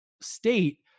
state